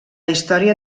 història